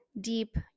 deep